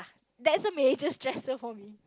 that's a major stressor for me